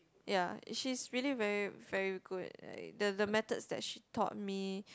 ya she's really very very good like the the methods that she taught me